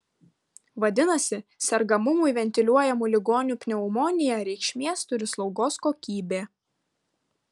vadinasi sergamumui ventiliuojamų ligonių pneumonija reikšmės turi slaugos kokybė